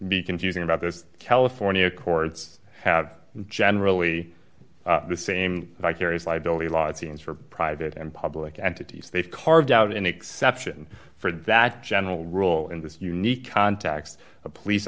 be confusing about this california courts have generally the same vicarious liability law it seems for private and public entities they've carved out an exception for that general rule in this unique context of police